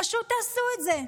פשוט תעשו את זה.